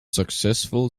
successful